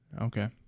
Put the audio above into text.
Okay